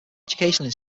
educational